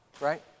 right